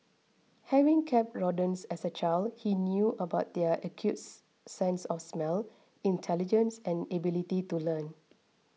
having kept rodents as a child he knew about their acute sense of smell intelligence and ability to learn